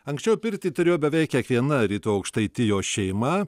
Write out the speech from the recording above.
anksčiau pirtį turėjo beveik kiekviena rytų aukštaitijos šeima